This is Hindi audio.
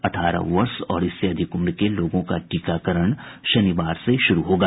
अठारह वर्ष और इससे अधिक उम्र के लोगों का टीकाकरण शनिवार से शुरू होगा